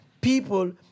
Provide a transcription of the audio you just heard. people